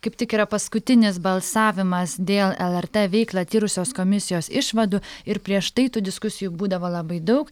kaip tik yra paskutinis balsavimas dėl lrt veiklą tyrusios komisijos išvadų ir prieš tai tų diskusijų būdavo labai daug